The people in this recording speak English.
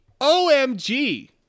OMG